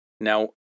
Now